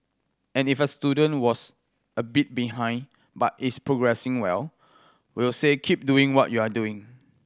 and if a student was a bit behind but is progressing well we'll say keep doing what you're doing